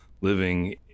living